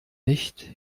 nicht